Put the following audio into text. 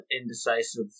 indecisive